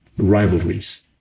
Rivalries